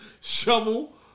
shovel